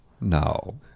no